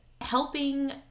helping